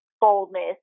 boldness